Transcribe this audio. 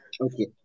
okay